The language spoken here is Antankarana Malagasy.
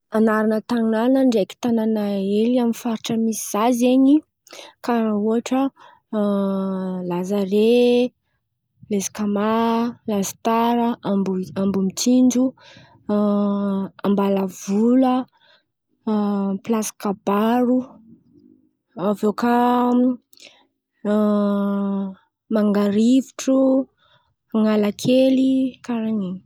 Anarana tanàna ndraiky tànana hely aminy faritry misy zah zen̈y karà ohatra Lazare, Meskama, Lasitara Ambo- Amboditsinjo Ambalavola pilasy kabaro, aveo kà mangarivotro, Analakely.